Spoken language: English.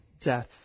death